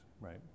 right